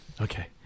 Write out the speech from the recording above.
Okay